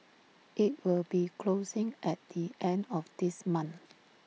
IT will be closing at the end of this month